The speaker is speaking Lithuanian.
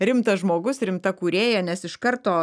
rimtas žmogus rimta kūrėja nes iš karto